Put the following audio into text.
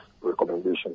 recommendation